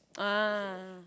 ah